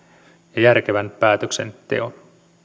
ja järkevän päätöksenteon